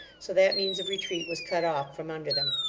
so that means of retreat was cut off from under them.